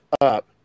up